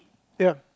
ya